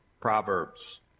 Proverbs